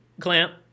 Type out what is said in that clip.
clamp